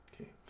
okay